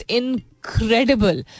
incredible